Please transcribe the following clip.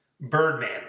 Birdman